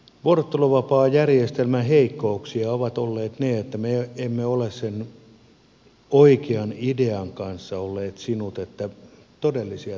vuorotteluvapaajärjestelmän heikkouksia on ollut se että me emme ole sen oikean idean kanssa olleet sinut että todellisia työttömiä saadaan työllistettyä